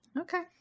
okay